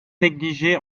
negligée